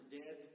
dead